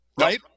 right